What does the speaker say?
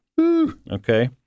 Okay